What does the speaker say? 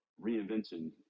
reinvention